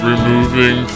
Removing